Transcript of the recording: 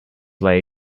lay